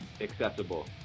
accessible